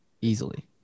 Easily